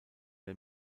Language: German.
der